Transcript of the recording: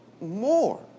more